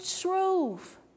truth